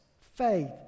faith